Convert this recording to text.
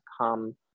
come